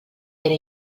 era